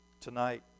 Tonight